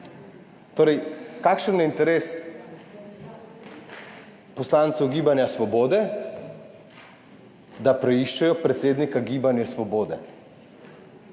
Kakšen je interes poslancev Gibanja Svobode, da preiščejo predsednika Gibanja Svobode?